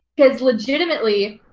because, legitimately,